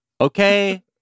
Okay